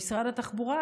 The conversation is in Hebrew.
משרד התחבורה,